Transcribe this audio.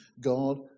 God